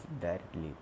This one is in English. directly